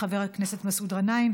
חבר הכנסת מסעוד גנאים,